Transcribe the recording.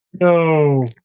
No